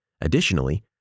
Additionally